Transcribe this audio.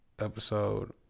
episode